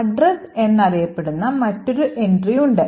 address എന്നറിയപ്പെടുന്ന മറ്റൊരു entry ഉണ്ട്